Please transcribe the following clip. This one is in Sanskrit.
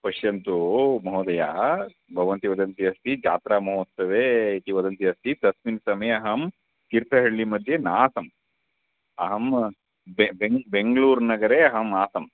पश्यन्तु महोदया भवन्ती वदन्ती अस्ति जात्रामहोत्सवे इति वदन्ती अस्ति तस्मिन् समये अहं तीर्तहल्लिमध्ये नासम् अहं बेङ् बे बेङ्गलूर्नगरे अहम् आसम्